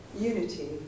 Unity